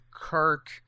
Kirk